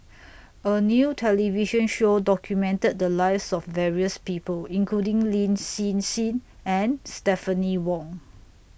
A New television Show documented The Lives of various People including Lin Hsin Hsin and Stephanie Wong